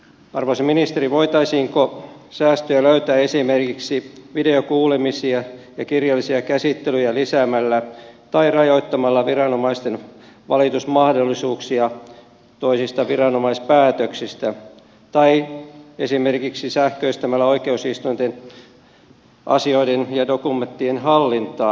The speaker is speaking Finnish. arvoisa ministeri voitaisiinko säästöjä löytää esimerkiksi videokuulemisia ja kirjallisia käsittelyjä lisäämällä tai rajoittamalla viranomaisten valitusmahdollisuuksia toisista viranomaispäätöksistä tai esimerkiksi sähköistämällä oikeusistuinten asioiden ja dokumenttien hallintaa